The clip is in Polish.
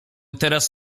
teraz